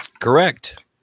Correct